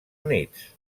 units